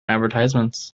advertisements